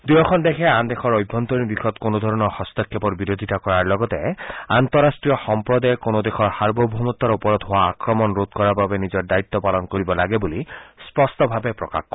দুয়োখন দেশে আন দেশৰ অভ্যন্তৰিণ বিষয়ত কোনো ধৰণৰ হস্তক্ষেপৰ বিৰোধিতা কৰাৰ লগতে আন্তঃৰাষ্ট্ৰীয় সম্প্ৰদায়ে কোনো দেশৰ সাৰ্বভৌমত্বৰ ওপৰত হোৱা আক্ৰমণ ৰোধ কৰাৰ বাবে নিজৰ দায়িত্ব পালন কৰিব লাগে বুলি স্পষ্টভাৱে প্ৰকাশ কৰে